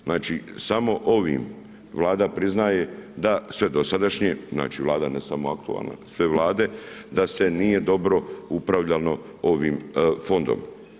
Znači, samo ovim Vlada priznaje, da sve dosadašnje, znači vlada, ne samo aktualna, nego sve vlade da se nije dobro upravljalo ovim fondom.